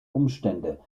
umstände